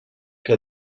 que